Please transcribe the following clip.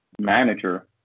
manager